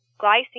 glycine